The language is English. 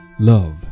Love